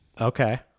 Okay